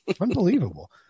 Unbelievable